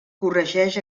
corregeix